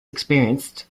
experienced